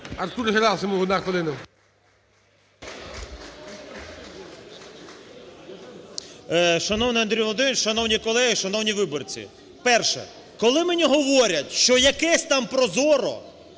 Шановний Андрій Володимирович, шановні колеги, шановні виборці! Перше. Коли мені говорять, що якесь там ProZorro,